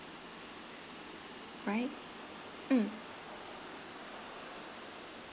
right mm